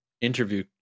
interview